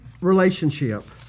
relationship